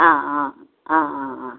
आं आं आं